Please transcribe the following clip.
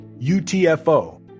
UTFO